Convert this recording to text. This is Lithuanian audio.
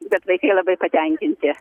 bet vaikai labai patenkinti